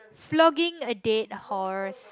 flogging a dead horse